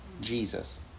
Jesus